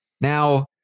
Now